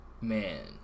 Man